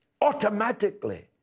Automatically